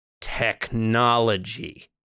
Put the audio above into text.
technology